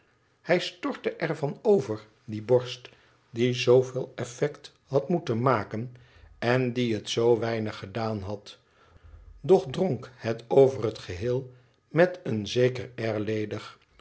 hij stortte er van over die borst die zooveel effect had moeten maken en die het zoo weinig gedaan had doch dronk het over het geheel met een zeker air